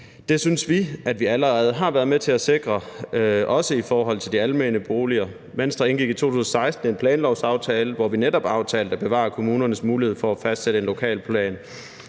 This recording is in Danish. Det synes vi at vi allerede har været med til at sikre, også i forhold til de almene boliger. Venstre indgik i 2016 en planlovsaftale, hvor vi netop aftalte at bevare kommunernes mulighed for at fastsætte i en lokalplan,